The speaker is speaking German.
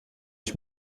ich